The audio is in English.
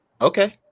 Okay